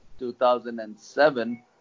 2007